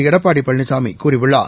எடப்பாடி பழனிசாமி கூறியுள்ளார்